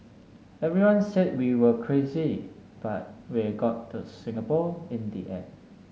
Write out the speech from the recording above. everyone said we were crazy but we got to Singapore in the end